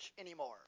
anymore